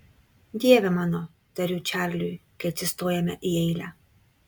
dieve mano tariu čarliui kai atsistojame į eilę